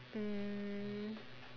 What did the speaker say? mm